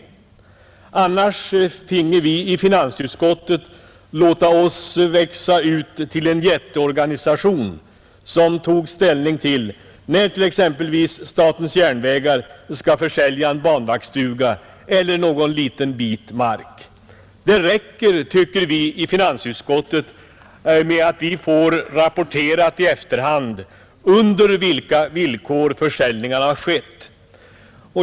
Annars finge vi låta finansutskottet växa ut till en jätteorganisation som tog ställning när exempelvis statens järnvägar skall försälja en banvaktsstuga eller det allra minsta markområde. Det räcker, anser finansutskottet, med att vi får rapporterat i efterhand under vilka villkor försäljningar gjorts.